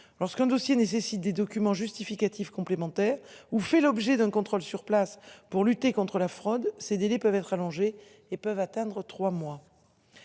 lorsqu'un dossier nécessite des documents justificatifs complémentaires ou fait l'objet d'un contrôle sur place pour lutter contre la fraude. Ces délais peuvent être allongée et peuvent atteindre 3 mois.